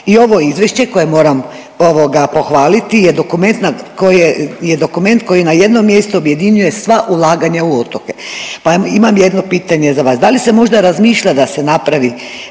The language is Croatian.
I ovo izvješće koje moram pohvaliti je dokument koji na jednom mjestu objedinjuje sva ulaganja u otoke, pa imam jedno pitanje za vas. Da li se možda razmišlja da se napravi